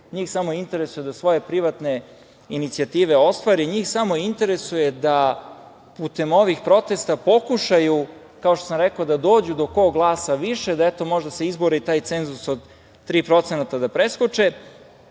njih samo interesuje da svoje privatne inicijative ostvare. Njih samo interesuje da putem ovih protesta pokušaju, kao što sam rekao, da dođu do kog glasa više, da eto, se možda izbore i taj cenzus od tri procenata